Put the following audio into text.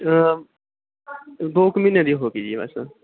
ਦੋ ਕੁ ਮਹੀਨੇ ਦੀ ਹੋ ਗਈ ਜੀ ਬਸ